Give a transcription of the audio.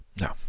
No